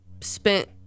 spent